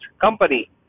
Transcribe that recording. company